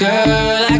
Girl